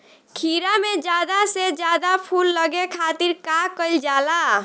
खीरा मे ज्यादा से ज्यादा फूल लगे खातीर का कईल जाला?